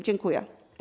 Dziękuję.